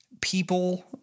people